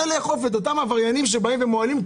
אכיפה כלפי אותם עבריינים שמוהלים.